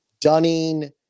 Dunning